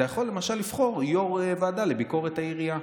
אתה יכול למשל לבחור יושב-ראש ועדה לביקורת העירייה.